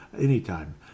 anytime